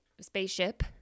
Spaceship